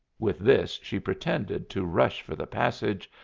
with this, she pretended to rush for the passage,